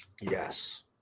Yes